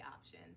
option